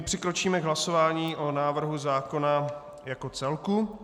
Přikročíme k hlasování o návrhu zákona jako celku.